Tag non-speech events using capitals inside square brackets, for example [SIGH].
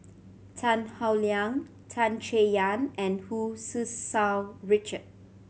Tan Howe Liang Tan Chay Yan and Hu [UNINTELLIGIBLE] Richard